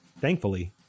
Thankfully